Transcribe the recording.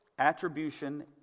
Attribution